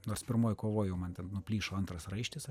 nors pirmoj kovoj jau man ten nuplyšo antras raištis